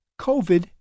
COVID